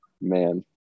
Man